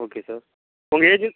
okay sir உங்கள் again